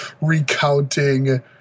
recounting